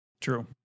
true